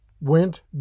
went